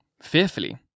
fearfully